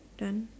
done